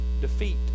defeat